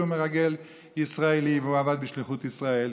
מרגל ישראלי והוא עבד בשליחות ישראל,